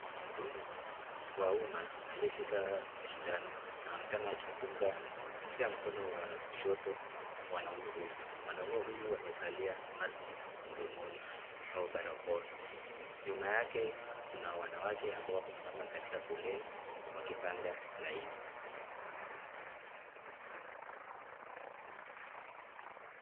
Mhudumu wa umma aliyeshika sindano anaonekana akimduga katika mkono wa kushoto mwanaume huyu. Mwanaume huyu amevalia maski mdomoni au barakoa. Nyuma yake kuna wanawake ambao wamesimama katika foleni wakipanga laini.